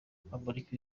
bamurika